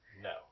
No